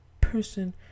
person